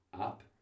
up